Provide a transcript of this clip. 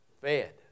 fed